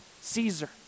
Caesar